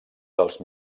dels